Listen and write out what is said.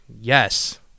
Yes